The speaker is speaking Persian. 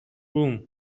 بوووم